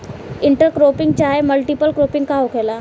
Inter cropping चाहे multiple cropping का होखेला?